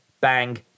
bang